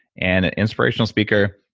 and an inspirational speaker.